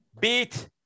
beat